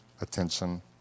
attention